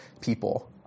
people